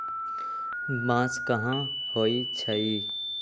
बांस कहाँ होई छई